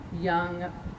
young